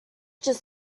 just